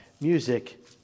music